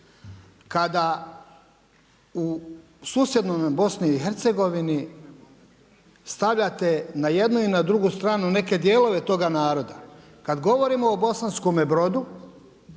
Kada u susjednoj nam Bosni i Hercegovini, stavljate i na jednu i na drugu stranu neke dijelove toga naroda, kad govorimo o Bosanskome Brodu,